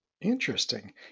Interesting